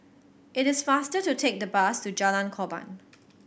it is faster to take the bus to Jalan Korban